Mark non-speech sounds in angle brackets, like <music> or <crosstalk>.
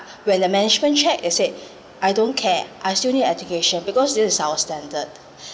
when the management check they say <breath> I don't care I still need education because this is our standard <breath>